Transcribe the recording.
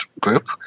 group